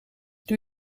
doe